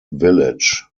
village